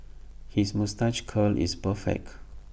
his moustache curl is perfect